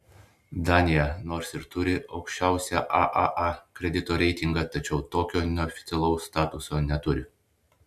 danija nors ir turi aukščiausią aaa kredito reitingą tačiau tokio neoficialaus statuso neturi